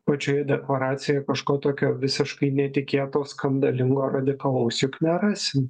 pačioje deklaracijoje kažko tokio visiškai netikėto skandalingo radikalaus juk nerasim